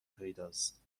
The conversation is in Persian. پیداست